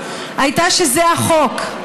הייתה שזה החוק.